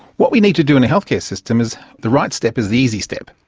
what we need to do in a healthcare system is the right step is the easy step.